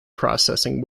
processing